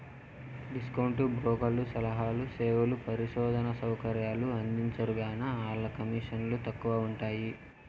discount బ్రోకర్లు సలహాలు, సేవలు, పరిశోధనా సౌకర్యాలు అందించరుగాన, ఆల్ల కమీసన్లు తక్కవగా ఉంటయ్యి